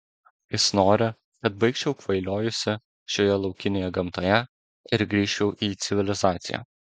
jis nori kad baigčiau kvailiojusi šioje laukinėje gamtoje ir grįžčiau į civilizaciją